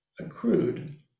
accrued